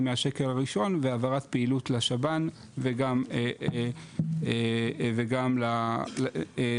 מהשקל הראשון והעברת פעילות לשב"ן וגם לסל.